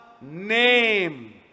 name